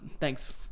Thanks